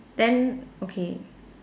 then okay